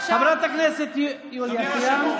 חברת הכנסת יוליה, סיימת?